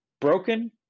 broken